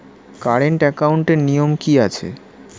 Current একাউন্টের নিয়ম কী আছে?